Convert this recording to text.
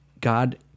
God